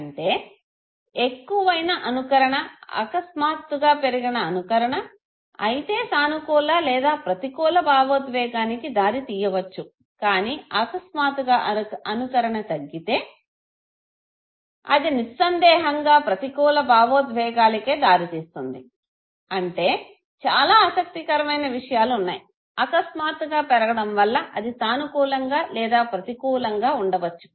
అంటే ఎక్కువైన అనుకరణ అకస్మాత్తుగా పెరిగిన అనుకరణ అయితే సానుకూల లేదా ప్రతికూల భావోద్వేగానికి దారి తీయవచ్చు కానీ అకస్మాత్తుగా అనుకరణ తగ్గితే అది నిస్సందేహంగా ప్రతికూల భావోద్వేగాలకే దారి తీస్తుంది అంటే చాలా ఆసక్తికరమైన విషయాలు ఉన్నాయి అకస్మాత్తుగా పెరగడం వల్ల అది సానుకూలంగా లేదా ప్రతికూలంగా ఉండవచ్చు